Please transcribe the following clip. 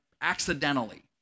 accidentally